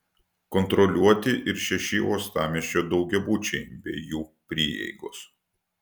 kontroliuoti ir šeši uostamiesčio daugiabučiai bei jų prieigos